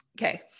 Okay